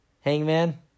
Hangman